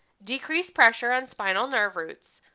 decrease pressure and spinal nerve roots,